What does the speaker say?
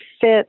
fit